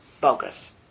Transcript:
bogus